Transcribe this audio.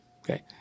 Okay